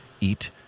eat